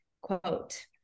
quote